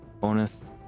Bonus